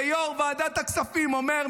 ויו"ר ועדת הכספים אומר,